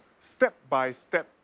step-by-step